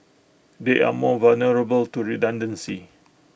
they are more vulnerable to redundancy